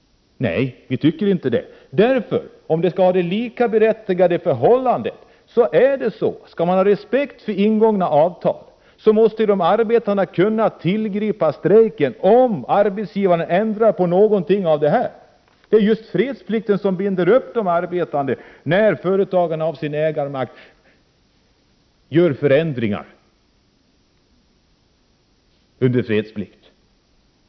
Nej, vi tycker inte det. Om likvärdighet skall gälla och om respekt finns för ingångna avtal, måste arbetarna kunna tillgripa strejk när arbetsgivarna ändrar på något av det som jag här har nämnt. Det är ju fredsplikten som binder upp de arbetande när företagarna med sin ägarmakt gör förändringar under fredsplikt.